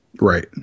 Right